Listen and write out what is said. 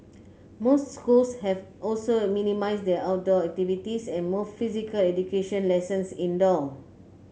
most schools have also minimised their outdoor activities and moved physical education lessons indoor